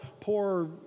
poor